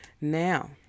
Now